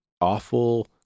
awful